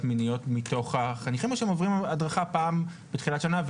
מיניות מתוך החניכים או שהם עוברים הדרכה פעם בתחילת שנה,